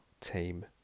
team